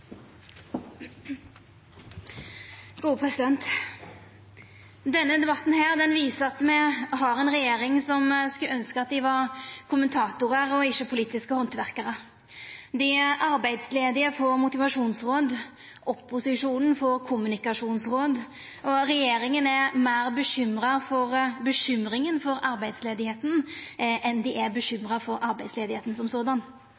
Denne debatten viser at me har ei regjering som skulle ønskja at dei var kommentatorar og ikkje politiske handverkarar. Dei arbeidsledige får motivasjonsråd. Opposisjonen får kommunikasjonsråd, og regjeringa er meir bekymra for bekymringa for arbeidsløysa enn dei er